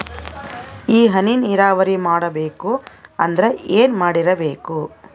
ಈ ಹನಿ ನೀರಾವರಿ ಮಾಡಬೇಕು ಅಂದ್ರ ಏನ್ ಮಾಡಿರಬೇಕು?